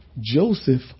Joseph